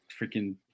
Freaking